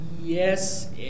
Yes